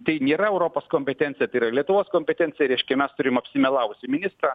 tai nėra europos kompetencija tai yra lietuvos kompetencija reiškia mes turim apsimelavusį ministrą